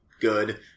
good